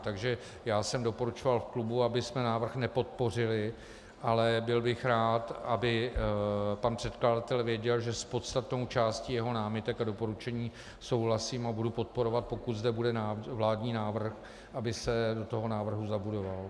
Takže já jsem doporučoval v klubu, abychom návrh nepodpořili, ale byl bych rád, aby pan předkladatel věděl, že s podstatnou částí jeho námitek a doporučení souhlasím a budu podporovat, pokud zde bude vládní návrh, aby se do toho návrhu zabudoval.